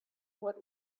what